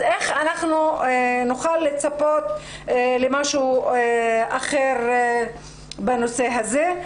אז איך נוכל לצפות למשהו אחר בנושא הזה?